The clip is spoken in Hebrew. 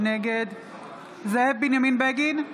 נגד זאב בנימין בגין,